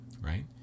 right